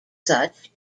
such